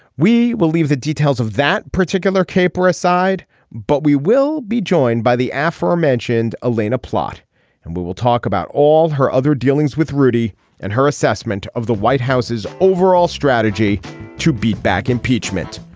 we will leave the details of that particular caper aside but we will be joined by the aforementioned elaina plot and we will talk about all her other dealings with rudy and her assessment of the white house's overall strategy to beat back impeachment.